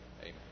Amen